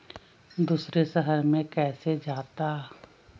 दूसरे शहर मे कैसे जाता?